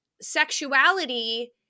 sexuality